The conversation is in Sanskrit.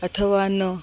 अथवा न